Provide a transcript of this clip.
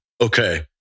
okay